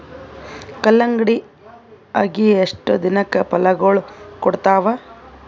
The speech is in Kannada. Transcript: ಕಲ್ಲಂಗಡಿ ಅಗಿ ಎಷ್ಟ ದಿನಕ ಫಲಾಗೋಳ ಕೊಡತಾವ?